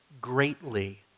greatly